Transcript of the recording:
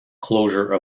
closure